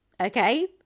Okay